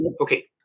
Okay